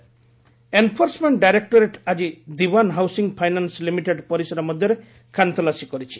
ED DHFL enforcement directorate ଆଜି Dewan housing finance limited ପରିସର ମଧ୍ୟରେ ଖାନ୍ତଲାସି କରିଛି